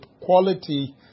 quality